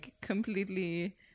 completely